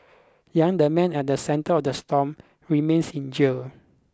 Yang the man at the centre of the storm remains in jail